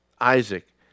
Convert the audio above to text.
Isaac